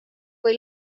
kui